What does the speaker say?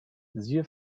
siehe